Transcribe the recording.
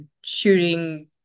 shooting